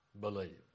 believe